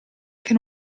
che